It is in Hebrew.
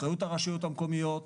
אחריות הרשויות המקומיות,